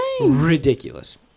ridiculous